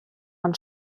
man